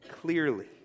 clearly